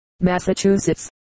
Massachusetts